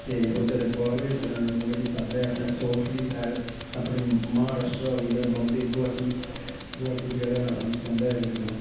ते ओह् जादै बाहर गै गड्डी चलांदा ऐ अपने साउथ आह्ली सैड अपने महाराश्ट्रा होइया बंबई गोवाहाटी गोवाहाटी बगैरा चलांदा ऐ गड्डी ओह्